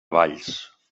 valls